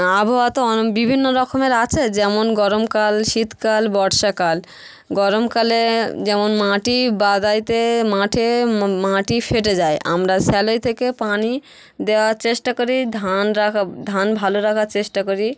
আবহাওয়া তো বিভিন্ন রকমের আছে যেমন গরমকাল শীতকাল বর্ষাকাল গরমকালে যেমন মাটি বাদাইতে মাঠে মাটি ফেটে যায় আমরা স্যালাই থেকে পানি দেওয়ার চেষ্টা করি ধান রাখা ধান ভালো রাখার চেষ্টা করি